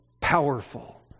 powerful